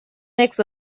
mix